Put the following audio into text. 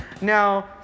now